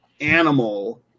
animal